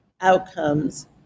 outcomes